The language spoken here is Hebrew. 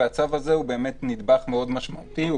והצו הזה הוא נדבך מאוד משמעותי.